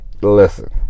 listen